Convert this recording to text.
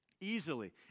Easily